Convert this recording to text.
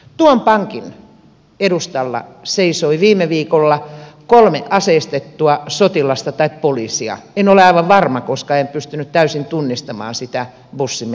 tuon pankin edustalla seisoi viime viikolla kolme aseistettua sotilasta tai poliisia en ole aivan varma koska en pystynyt täysin tunnistamaan sitä bussimme ikkunasta